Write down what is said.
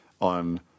on